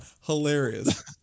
Hilarious